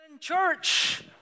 church